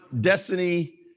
destiny